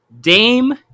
Dame